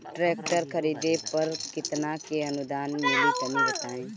Tractor खरीदे पर कितना के अनुदान मिली तनि बताई?